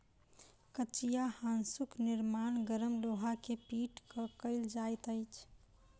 कचिया हाँसूक निर्माण गरम लोहा के पीट क कयल जाइत अछि